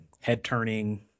head-turning